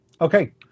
Okay